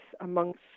amongst